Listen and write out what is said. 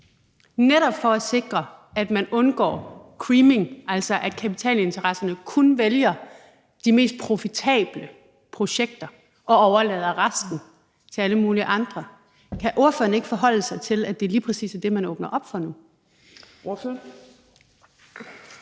netop for at sikre, at man undgår creaming, altså at kapitalinteresserne kun vælger de mest profitable projekter og overlader resten til alle mulige andre. Kan ordføreren ikke forholde sig til det synspunkt, at det lige præcis er det, man åbner op for nu?